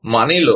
માની લો કે 0